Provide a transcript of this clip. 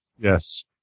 Yes